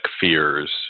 fears